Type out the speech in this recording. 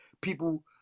People